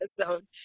episode